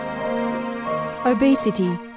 Obesity